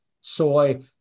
soy